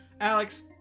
Alex